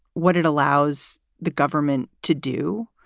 what it allows the government to do?